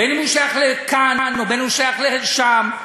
בין שהוא שייך לכאן ובין שהוא שייך לשם,